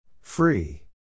Free